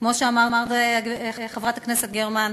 כפי שאמרה חברת הכנסת גרמן,